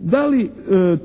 da li